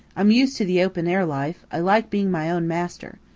i'm used to the open air life i like being my own master.